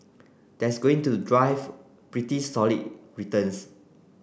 that's going to drive pretty solid returns